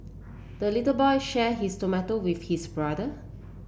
the little boy share his tomato with his brother